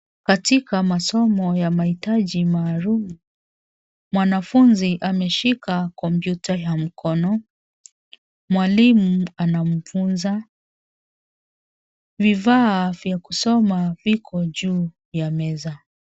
Katika masomo ya mahitaji maalum mwanafunzi ameshika komputa ya mkono mwalimu anamfunza, vifaa vya kusoma viko juu ya meza.